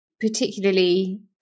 particularly